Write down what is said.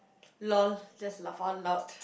lol just laugh out loud